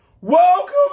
welcome